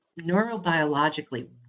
neurobiologically